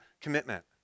commitment